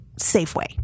Safeway